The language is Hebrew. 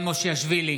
סימון מושיאשוילי,